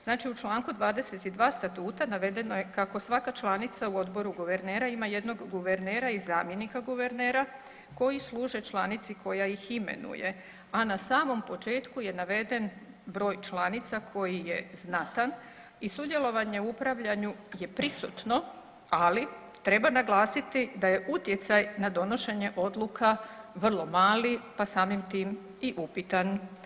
Znači u čl. 22 Statuta, navedeno je kako svaka članica u Odboru guvernera ima jednog guvernera i zamjenika guvernera, koji služe članici koja ih imenuje, a na samom početku je naveden broj članica koji je znatan i sudjelovanje u upravljanju je prisutno, ali treba naglasiti da je utjecaj na donošenje odluka vrlo mali, pa samim tim i upitan.